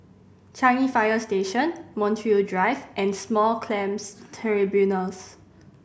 Changi Fire Station Montreal Drive and Small Claims Tribunals